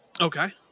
Okay